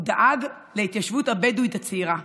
הוא דאג להתיישבות הבדואית הצעירה,